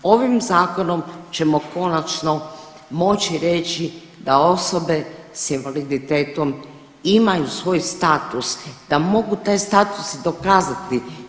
Ovim zakonom ćemo konačno moći reći da osobe s invaliditetom imaju svoj status, da mogu taj status i dokazati.